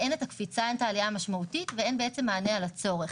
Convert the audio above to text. אין עליה משמעותית ואין מענה על הצורך.